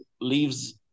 leaves